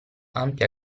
ampia